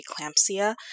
preeclampsia